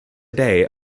day